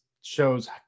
shows